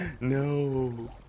No